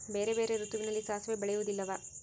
ಬೇರೆ ಬೇರೆ ಋತುವಿನಲ್ಲಿ ಸಾಸಿವೆ ಬೆಳೆಯುವುದಿಲ್ಲವಾ?